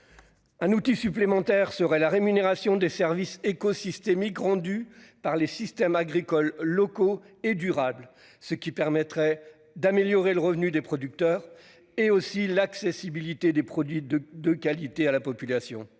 Un outil supplémentaire serait la rémunération des services écosystémiques rendus par les systèmes agricoles locaux et durables, qui permettrait d'améliorer le revenu des producteurs et rendrait plus accessibles à tous les produits de qualité. Enfin,